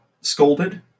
scolded